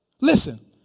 Listen